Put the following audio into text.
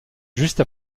juste